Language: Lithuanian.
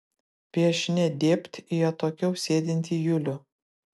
viešnia dėbt į atokiau sėdintį julių